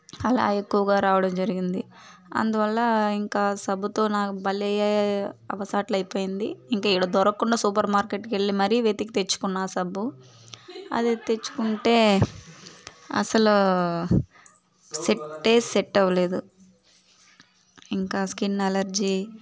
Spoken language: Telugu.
అలా ఎక్కువగా రావడం జరిగింది అందువల్ల ఇంకా సబ్బుతో నాకు భలే అవసాట్లు అయిపోయింది ఇంక ఇక్కడ దొరక్కుండా సూపర్ మార్కెట్కి వెళ్లి మరీ వెతికి తెచ్చుకున్నా సబ్బు అది తెచ్చుకుంటే అసలు సెట్టే సెట్ అవలేదు ఇంకా స్కిన్ ఎలర్జీ